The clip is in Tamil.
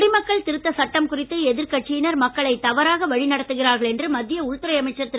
குடிமக்கள் திருத்த சட்டம் குறித்து எதிர்கட்சியினர் மக்களை தவறாக வழிநடத்துகிறார்கள் என்று மத்திய உள்துறை அமைச்சர் திரு